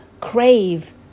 crave